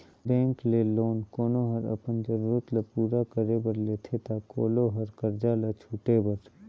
bank ले loan कोनो हर अपन जरूरत ल पूरा करे बर लेथे ता कोलो हर करजा ल छुटे बर